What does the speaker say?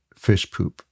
FISHPOOP